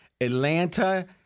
Atlanta